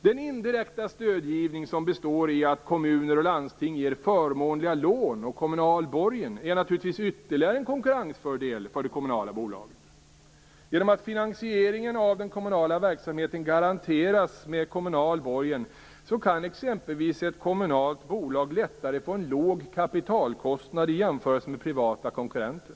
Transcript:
Den indirekta stödgivning som består i att kommuner och landsting ger förmånliga lån och kommunal borgen är naturligtvis ytterligare en konkurrensfördel för det kommunala bolaget. Genom att finansieringen av den kommunala verksamheten garanteras med kommunal borgen kan exempelvis ett kommunalt bolag lättare få en låg kapitalkostnad i jämförelse med privata konkurrenter.